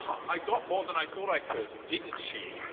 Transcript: i got more than i thought i could, didn't she.